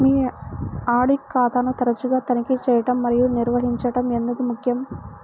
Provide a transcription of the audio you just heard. మీ audit ఖాతాను తరచుగా తనిఖీ చేయడం మరియు నిర్వహించడం ఎందుకు ముఖ్యం?